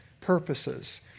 purposes